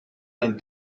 man